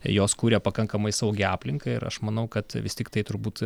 jos kuria pakankamai saugią aplinką ir aš manau kad vis tiktai turbūt